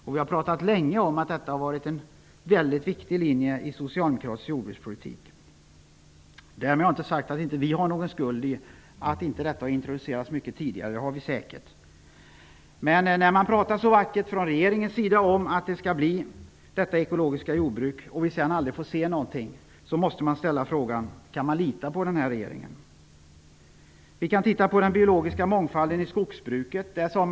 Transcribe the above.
Detta har länge varit en mycket viktig linje i socialdemokratisk jordbrukspolitik. Därmed har jag inte sagt att vi inte har någon skuld i att det här inte har introducerats mycket tidigare. Det har vi säkert. Men när regeringen talar så vackert om att det ekologiska jordbruket skall införas och vi sedan aldrig får se något resultat så blir frågan: Kan man lita på den här regeringen? Vi kan ta den biologiska mångfalden i skogsbruket som exempel.